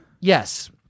Yes